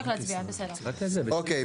אוקיי.